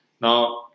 Now